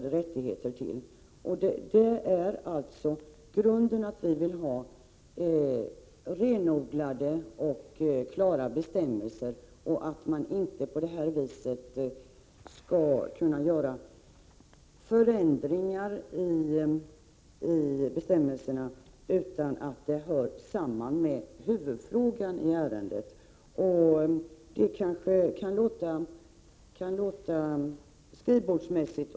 Det är grunden till att vi vill ha renodlade och klara Prot. 1987/88:100 bestämmelser och att man inte skall kunna göra förändringar i bestämmelser na som inte hör samman med huvudfrågan. Jag är medveten om att det kan låta skrivbordsmässigt.